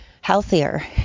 healthier